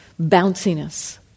bounciness